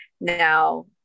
now